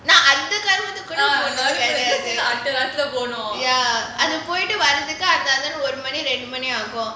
now அந்த கருமத்துக்கு கூட போனது கெடயாது:antha karumathuku kooda ponathu kedayathu ya at the point அங்க போய்ட்டு வரதுக்கு ஒரு மணி ரெண்டு மணி ஆகும்:anga poyitu varathuku oru mani rendu mani aagum